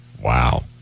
wow